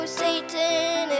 satan